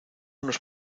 unos